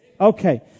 Okay